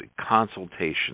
consultation